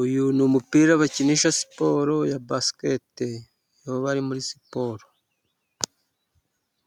Uyu ni umupira bakinisha siporo ya basiketi bari muri siporo,